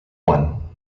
one